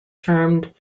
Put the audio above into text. termed